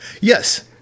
Yes